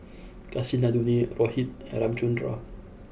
Kasinadhuni Rohit and Ramchundra